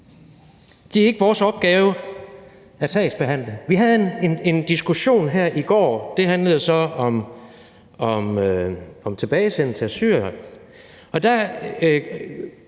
Det er ikke vores opgave at sagsbehandle. Vi havde en diskussion her i går, den handlede så om tilbagesendelse af syrere,